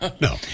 no